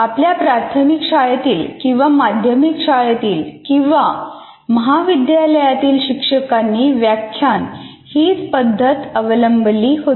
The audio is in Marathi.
आपल्या प्राथमिक शाळेतील किंवा माध्यमिक शाळेतील किंवा महाविद्यालयातील शिक्षकांनी व्याख्यान हीच पद्धत अवलंबिली होती